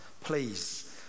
Please